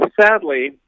sadly